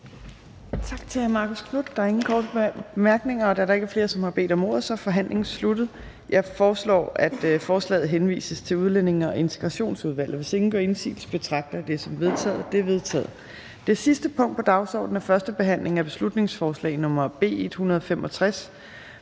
Tak til hr. Marcus Knuth. Der er ingen korte bemærkninger. Da der ikke er flere, som har bedt om ordet, er forhandlingen sluttet. Jeg foreslår, at forslaget henvises til Udlændinge- og Integrationsudvalget. Hvis ingen gør indsigelse, betragter jeg det som vedtaget. Det er vedtaget. --- Det sidste punkt på dagsordenen er: 6) 1. behandling af beslutningsforslag nr. B 165: